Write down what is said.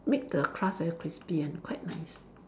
make the crust very crispy and quite nice